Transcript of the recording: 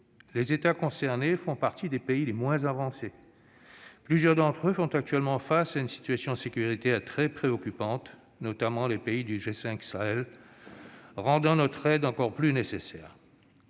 Les États concernés font partie des pays les moins avancés. Plusieurs d'entre eux font actuellement face à une situation sécuritaire très préoccupante, notamment les pays du G5 Sahel, ce qui rend notre aide encore plus nécessaire.